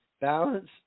Balance